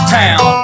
town